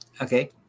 okay